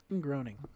Groaning